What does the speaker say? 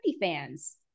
fans